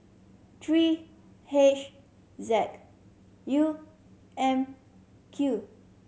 three H Z U M Q